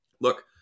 look